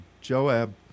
Joab